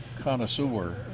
connoisseur